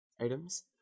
items